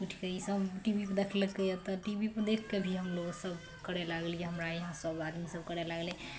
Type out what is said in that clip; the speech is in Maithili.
उठि कऽ ई सब टीवीमे देखलकै यऽ तऽ टीवीमे देखि कऽ भी हम लोक सब करै लागलियै हमरा यहाँ सब आदमी सब करै लागलै